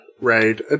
raid